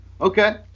Okay